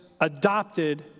adopted